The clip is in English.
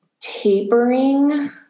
tapering